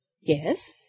Yes